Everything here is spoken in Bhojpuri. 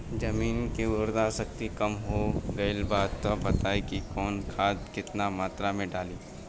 जमीन के उर्वारा शक्ति कम हो गेल बा तऽ बताईं कि कवन खाद केतना मत्रा में डालि?